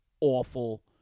awful